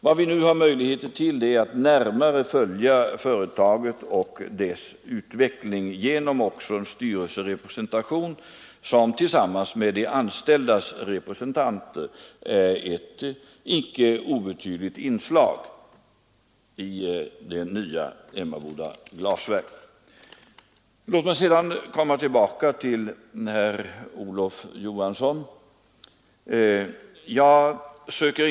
Vad vi nu har möjligheter till är att närmare följa företaget och dess utveckling också genom en styrelserepresentation som tillsammans med de anställdas representanter är ett icke obetydligt inslag i det nya Emmaboda glasverk. Men låt mig återvända till herr Olof Johansson i Stockholm.